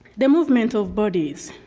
the movement of bodies.